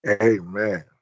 Amen